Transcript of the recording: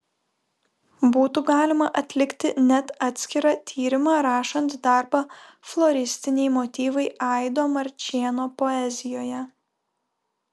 būtų galima atlikti net atskirą tyrimą rašant darbą floristiniai motyvai aido marčėno poezijoje